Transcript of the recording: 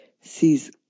sees